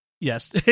Yes